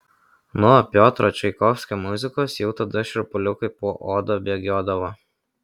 nuo piotro čaikovskio muzikos jau tada šiurpuliukai po oda bėgiodavo